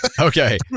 okay